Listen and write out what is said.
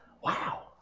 Wow